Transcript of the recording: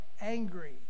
angry